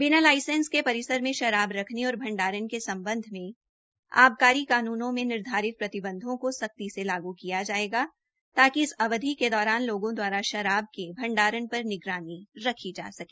बिना लाइसेंस के परिसर में शराब रखने और भंडारण के संबंध में आबकारी कानूनों में निर्धारित प्रतिबंधों को सख्ती से लागू किया जाएगा ताकि इस अवधि के दौरान लोगों द्वारा शराब के भंडारण पर निगरानी रखी जा सके